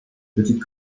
petites